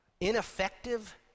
ineffective